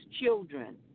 children